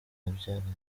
babyaranye